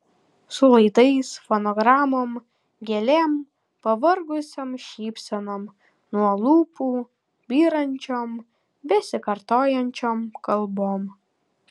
su laidais fonogramom gėlėm pavargusiom šypsenom nuo lūpų byrančiom besikartojančiom kalbom